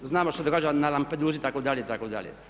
Znamo što se događa na Lampedoosi itd., itd.